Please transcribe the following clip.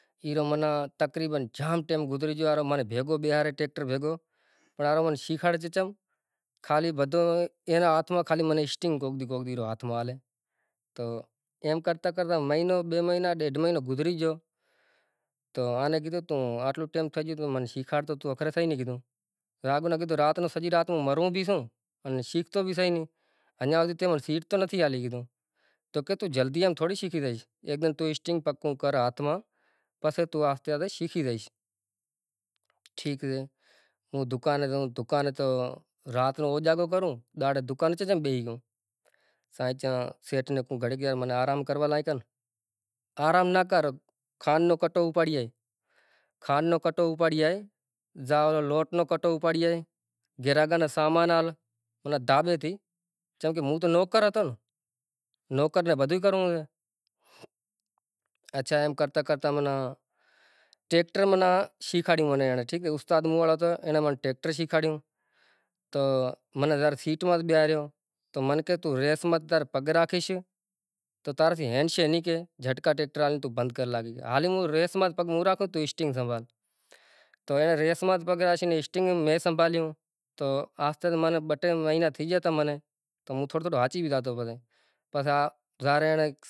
کمزور تھے گئی سے اینا کرے پھودنو مزو نتھی کرتو، ہوے اے ماں جے آپاں نیں پھودنو وانہنونڑو سے تو کرنڑو سے سوٹھے نمونے تو ای ماں لازمی سے کہ مال روں بھانڑ بئے بئے ٹرکوں ایکڑ ماں لازمی سے۔ چم کہ بنی ماں طاقت ہوشے تو ای فصل تھیشے، طاقت نیں ہوئے تو نیں تھے، رگو بھانڑ رے زور نیں بھی نہیں تھے۔ اوئے ماں وری طاقت واڑو بھانڑ ہوئے مال رو، تو ای حساب تھی پھودنو ماناں اینی بھی ایوریج سوٹھی سے، پیداوار سوٹھی سے روزی ماناں سوٹھی زڑشے اینا ماں، جیکڈنہں محنت کریا تو، باقی محنت ناہیں کریا تو آپاں نیں کائین نیں زڑے، نکو کائیں زڑے تو ای حساب سے پھدناں رو چمکہ زیتلی محنت کریانتے اینا بھانڑ ڈیشاں، ٹیم تی اینے پانڑی کھپے ہفتا ماں تقریبن بئے چکر پانڑی ہوئے اینا، موٹی فصل سے زاں کماند سے، مرسوں سے زاں کنڑنک سے اینا تو ہفتا پندرانہں زاں ایکیہوں پانڑی آیو تو بھی کوئی مسئلو نہ تھی پنڑ پھودناں واڑو فصل سے زاں بھاجی واڑو فصل سے اینے ہفتاں میں گھٹ میں گھٹ گرمی میں بئے چکر لازمی پانڑی ڈینڑ کھپے۔ تاں رے زائے فصل تیار تھائے۔